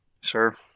Sir